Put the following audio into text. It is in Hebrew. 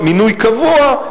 כדי למנות מינוי קבוע,